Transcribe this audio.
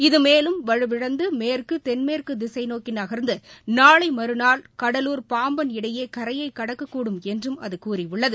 இதுமேலும் வலுவிழந்து மேற்கு தென்மேற்கு திசை நோக்கி நகர்ந்து நாளை மறுநாள் கடலூர் பாம்பன் இடையே கரையை கடக்கக்கூடும் என்றும் அது கூறியுள்ளது